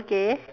okay